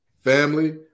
family